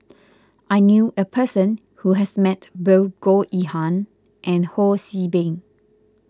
I knew a person who has met both Goh Yihan and Ho See Beng